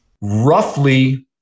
roughly